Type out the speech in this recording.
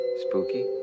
Spooky